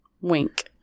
Wink